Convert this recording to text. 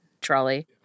trolley